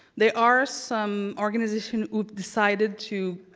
there are some organizations who've decided to